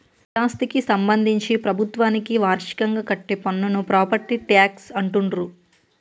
స్థిరాస్థికి సంబంధించి ప్రభుత్వానికి వార్షికంగా కట్టే పన్నును ప్రాపర్టీ ట్యాక్స్ అంటుండ్రు